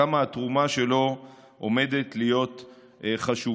כמה התרומה שלו עומדת להיות חשובה.